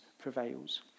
prevails